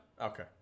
Okay